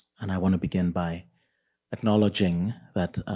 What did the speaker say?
and i want to begin by acknowledging that